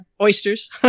oysters